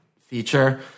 feature